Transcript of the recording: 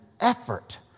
effort